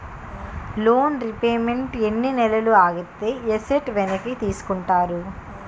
Loan repayment ఎన్ని నెలలు ఆగితే ఎసట్ వెనక్కి తీసుకుంటారు?